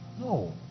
No